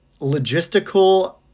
logistical